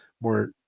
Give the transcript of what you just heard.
more